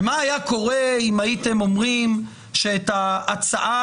מה היה קורה אם הייתם אומרים שאת ההצעה